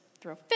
throw